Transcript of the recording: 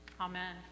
Amen